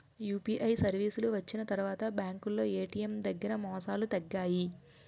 UPI సర్వీసులు వచ్చిన తర్వాత బ్యాంకులో ఏటీఎం దగ్గర మోసాలు తగ్గాయి